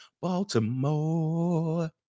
Baltimore